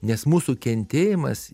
nes mūsų kentėjimas